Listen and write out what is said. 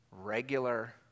regular